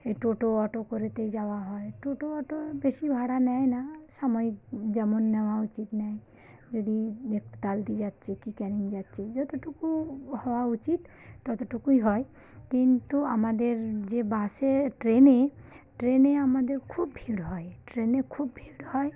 এই টোটো অটো করেতেই যাওয়া হয় টোটো অটো বেশি ভাড়া নেয় না সাময়িক যেমন নেওয়া উচিত নেয় যদি এক তালদি যাচ্ছি কী ক্যানিং যাচ্ছি যতটুকু হওয়া উচিত ততটুকুই হয় কিন্তু আমাদের যে বাসে ট্রেনে ট্রেনে আমাদের খুব ভিড় হয় ট্রেনে খুব ভিড় হয়